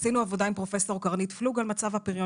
עשינו עבודה עם פרופסור קרנית פלוג על מצב הפריון